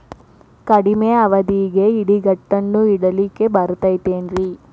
ಕಡಮಿ ಅವಧಿಗೆ ಇಡಿಗಂಟನ್ನು ಇಡಲಿಕ್ಕೆ ಬರತೈತೇನ್ರೇ?